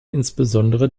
insbesondere